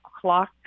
clock